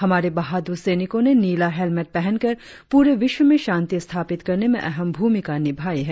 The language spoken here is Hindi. हमारे बहादुर सैनिको ने नीला हेलमेट पहनकर प्ररे विश्व में शांति स्थापित करने में अहम भूमिका निभाई है